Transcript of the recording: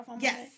Yes